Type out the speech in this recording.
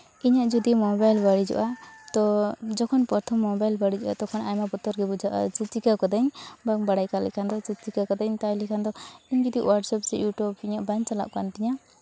ᱤᱧᱟᱹᱜ ᱡᱩᱫᱤ ᱢᱳᱵᱟᱭᱤᱞ ᱵᱟᱹᱲᱤᱡᱚᱜᱼᱟ ᱛᱚ ᱡᱚᱠᱷᱚᱱ ᱯᱨᱚᱛᱷᱚᱢ ᱢᱳᱵᱟᱭᱤᱞ ᱵᱟᱹᱲᱤᱡᱚᱜᱼᱟ ᱛᱚᱠᱷᱚᱱ ᱟᱭᱢᱟ ᱵᱚᱛᱚᱨ ᱜᱮ ᱵᱩᱡᱷᱟᱹᱜᱼᱟ ᱡᱮ ᱪᱤᱠᱟᱹ ᱠᱟᱹᱫᱟᱹᱧ ᱵᱟᱝ ᱵᱟᱲᱟᱭ ᱠᱟᱜ ᱞᱮᱠᱷᱟᱱ ᱫᱚ ᱪᱮᱫ ᱪᱤᱠᱟᱹ ᱠᱟᱹᱫᱟᱹᱧ ᱛᱟᱦᱚᱞᱮ ᱠᱷᱟᱱ ᱫᱚ ᱤᱧ ᱡᱩᱫᱤ ᱦᱳᱣᱟᱴᱥᱮᱯ ᱤᱭᱩᱴᱩᱵᱽ ᱤᱧᱟᱹᱜ ᱵᱟᱝ ᱪᱟᱞᱟᱜ ᱠᱟᱱ ᱛᱤᱧᱟ